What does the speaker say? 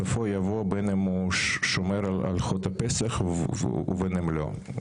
בסופה יבוא "בין אם הוא שומר הלכות פסח ובין אם לא".